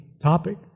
topic